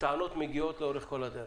והטענות מגיעות לאורך כל הדרך.